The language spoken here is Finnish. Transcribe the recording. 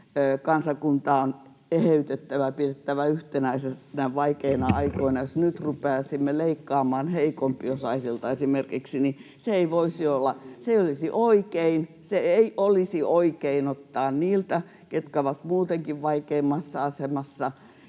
Kansakuntaa on eheytettävä, pidettävä yhtenäisenä vaikeina aikoina. Jos nyt rupeaisimme leikkaamaan esimerkiksi heikompiosaisilta, niin se ei olisi oikein. Ei olisi oikein ottaa niiltä, ketkä ovat muutenkin vaikeimmassa asemassa,